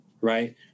right